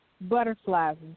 Butterflies